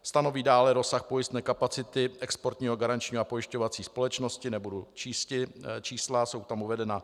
Stanoví dále rozsah pojistné kapacity Exportní a garanční a pojišťovací společnosti nebudu číst čísla, jsou tam uvedena,